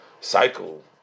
cycle